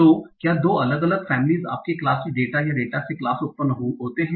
तो क्या 2 अलग अलग फेमेलीस आपके क्लास से डेटा या डेटा से क्लास उत्पन्न होते हैं